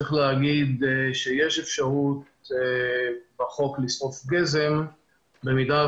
צריך להגיד שיש אפשרות בחוק לשרוף את הגזם במידה